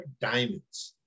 diamonds